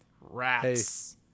rats